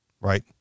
right